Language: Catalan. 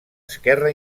esquerra